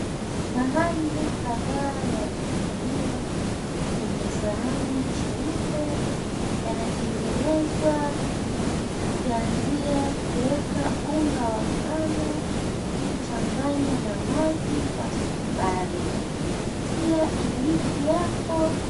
Mahamri kadhaa yameandaliwa kwenye sahani cheupe yanatengenezwa tukianzia kuweka unga wa ngano, changanya na maji kwa sukari, tia iliki yako.